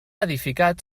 edificat